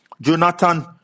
Jonathan